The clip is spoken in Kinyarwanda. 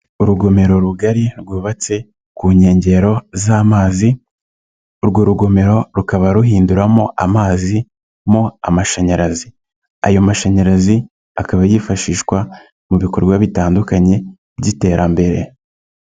Urugomero rugari rwubatse ku nkengero z'amazi, urwo rugomero rukaba ruhinduramo amazi mo amashanyarazi, ayo mashanyarazi akaba yifashishwa mu bikorwa bitandukanye by'iterambere.